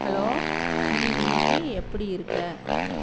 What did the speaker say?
hello நீ இன்றைக்கு எப்படி இருக்க